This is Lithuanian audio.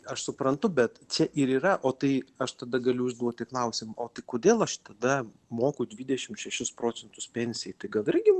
aš suprantu bet čia ir yra o tai aš tada galiu užduoti klausimą o tai kodėl aš tada moku dvidešimt šešis procentus pensijai tai gal irgi